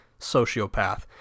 sociopath